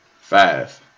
Five